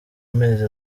amezi